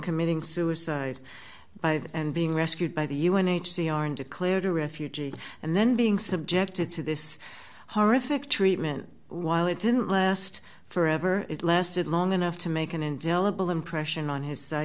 committing suicide by that and being rescued by the u n h c r and declared a refugee and then being subjected to this horrific treatment while it didn't last forever it lasted long enough to make an indelible impression on his